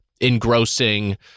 engrossing